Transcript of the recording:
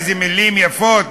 איזה מילים יפות,